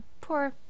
Poor